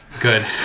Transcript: Good